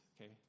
okay